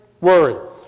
Worry